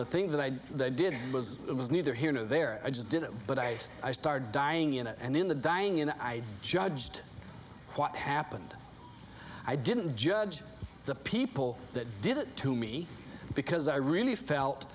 the thing that i did was it was neither here nor there i just did it but i i started dying in it and in the dying in i judged what happened i didn't judge the people that did it to me because i really felt